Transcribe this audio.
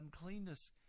uncleanness